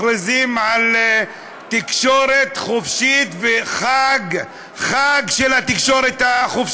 הם מפסידים גם במגרש הזה וגם במרגש הזה.